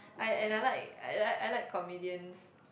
I and I like I like I like comedians